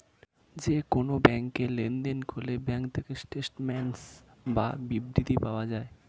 যে কোন ব্যাংকে লেনদেন করলে ব্যাঙ্ক থেকে স্টেটমেন্টস বা বিবৃতি পাওয়া যায়